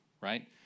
right